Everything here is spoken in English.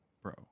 Bro